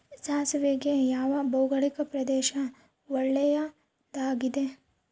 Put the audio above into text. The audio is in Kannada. ಸಾಸಿವೆಗೆ ಯಾವ ಭೌಗೋಳಿಕ ಪ್ರದೇಶ ಒಳ್ಳೆಯದಾಗಿದೆ?